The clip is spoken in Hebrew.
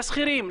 לשכירים,